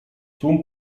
tłum